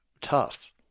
tough